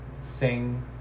sing